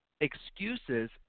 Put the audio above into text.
excuses